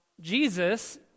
Jesus